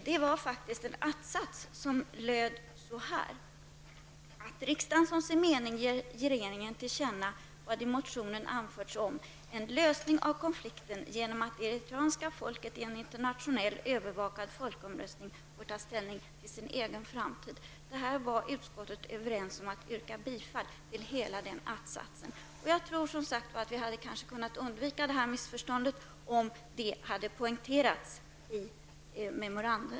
Det var faktiskt en att-sats som löd på följande sätt: ''att riksdagen som sin mening ger regeringen till känna vad i motionen anförts om en lösning av konflikten genom att det eritreanska folket i en internationellt övervakad folkomröstning får ta ställning till sin egen framtid.'' Utskottet var överens om att yrka bifall till hela att-satsen. Jag tror som sagt att vi kanske hade kunnat undvika missförståndet om detta hade poängterats i memorandumet.